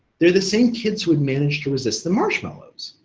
they're the same kids who had managed to resist the marshmallows.